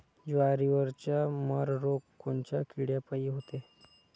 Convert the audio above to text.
जवारीवरचा मर रोग कोनच्या किड्यापायी होते?